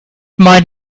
might